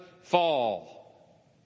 fall